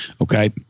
Okay